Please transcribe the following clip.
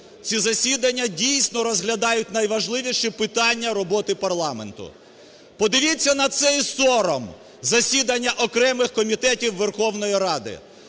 Ці засідання, дійсно, розглядають найважливіші питання роботи парламенту. Подивіться на цей сором – засідання окремих комітетів Верховної Ради,